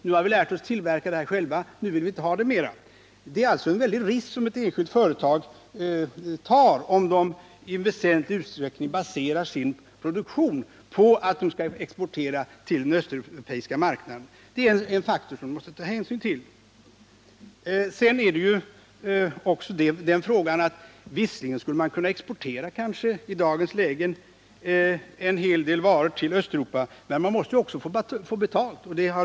Nu har vi lärt oss tillverka den själva, och nu vill vi inte köpa mer.” Ett enskilt företag löper alltså en väldig risk, om det i väsentlig utsträckning baserar sin produktion på export till den östeuropeiska marknaden. Det är en faktor man måste ta hänsyn till. Visserligen skulle man i dagens läge kanske kunna exportera en hel del varor till Östeuropa, men man måste också få betalt för dem.